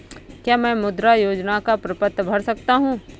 क्या मैं मुद्रा योजना का प्रपत्र भर सकता हूँ?